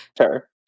Sure